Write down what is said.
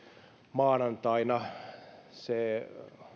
maanantaina se